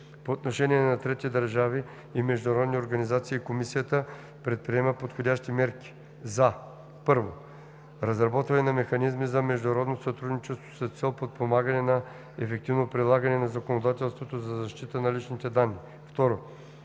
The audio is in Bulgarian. По отношение на трети държави и международни организации комисията предприема подходящи мерки за: 1. разработване на механизми за международно сътрудничество с цел подпомагане на ефективното прилагане на законодателството за защита на личните данни; 2.